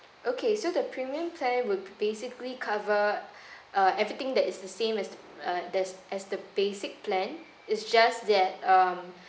okay so the premium plan would basically cover uh everything that is the same as the uh there's as the basic plan is just that um